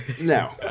no